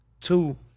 two